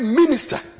minister